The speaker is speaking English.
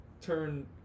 turn